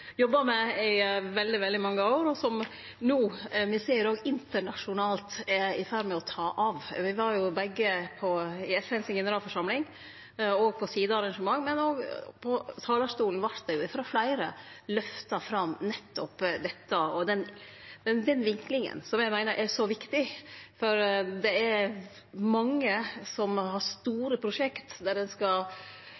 jobba med i veldig, veldig mange år, og som me no ser òg internasjonalt er i ferd med å ta av. Me var begge i FNs generalforsamling, òg på sidearrangement, og på talarstolen vart nettopp dette løfta fram frå fleire, òg den vinklinga som eg meiner er så viktig. Det er mange som har